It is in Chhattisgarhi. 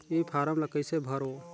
ये फारम ला कइसे भरो?